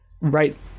right